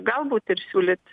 galbūt ir siūlyt